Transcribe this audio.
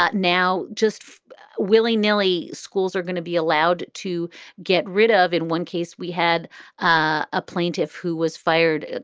but now, just willy nilly, schools are going to be allowed to get rid ah of. in one case, we had a plaintiff who was fired,